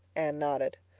anne nodded.